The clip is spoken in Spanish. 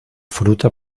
fruta